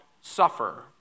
suffer